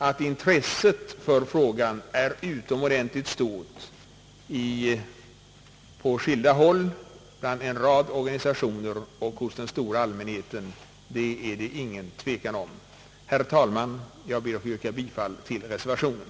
Att intresset för frågan är utomordentligt stort på skilda håll, bland en rad organisationer och hos den stora allmänheten, råder det ingen tvekan om. Herr talman! Jag ber att få yrka bifall till reservationen.